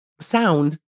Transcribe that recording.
sound